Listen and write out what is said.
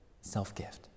self-gift